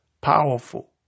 powerful